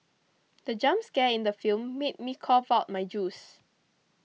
the jump scare in the film made me cough out my juice